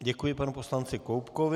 Děkuji panu poslanci Koubkovi.